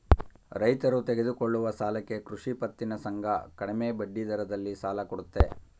ರೈತರು ತೆಗೆದುಕೊಳ್ಳುವ ಸಾಲಕ್ಕೆ ಕೃಷಿ ಪತ್ತಿನ ಸಂಘ ಕಡಿಮೆ ಬಡ್ಡಿದರದಲ್ಲಿ ಸಾಲ ಕೊಡುತ್ತೆ